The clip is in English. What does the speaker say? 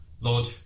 Lord